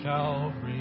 Calvary